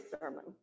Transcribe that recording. sermon